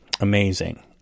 amazing